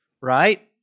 right